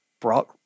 brought